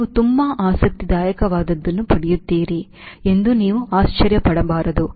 ನೀವು ತುಂಬಾ ಆಸಕ್ತಿದಾಯಕವಾದದ್ದನ್ನು ಪಡೆಯುತ್ತೀರಿ ಎಂದು ನೀವು ಆಶ್ಚರ್ಯಪಡಬಾರದು